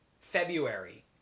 February